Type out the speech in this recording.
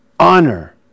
Honor